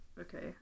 Okay